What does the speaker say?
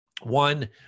One